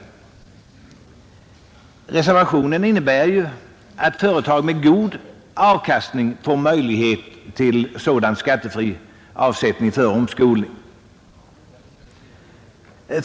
Reservationen innebär ju att företag med god avkastning får möjlighet till sådan skattefri avsättning för omskolning.